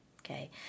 Okay